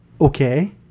Okay